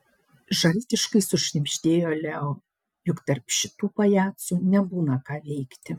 žaltiškai sušnibždėjo leo juk tarp šitų pajacų nebūna ką veikti